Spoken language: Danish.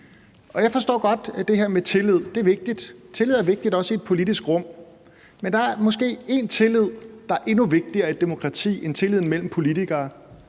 jeg forstår godt det her med tillid. Det er vigtigt. Tillid er vigtigt – også i et politisk rum. Men der er måske en tillid, der er endnu vigtigere i et demokrati end tilliden mellem politikere,